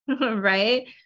right